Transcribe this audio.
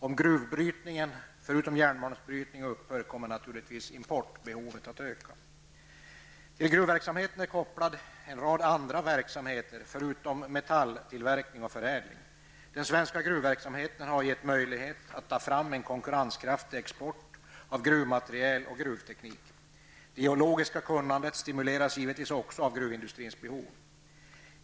Om gruvbrytningen, förutom järnmalmsbrytning, upphör kommer naturligtvis importbehovet att öka. Till gruvverksamheten är kopplad en rad andra verksamheter förutom metalltillverkning och förädling. Den svenska gruvverksamheten har gett möjlighet att ta fram en konkurrenskraftig export av gruvmateriel och gruvteknik. Det geologiska kunnandet stimuleras givetvis också av gruvindustrins behov.